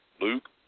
Luke